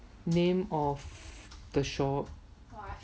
name of the shop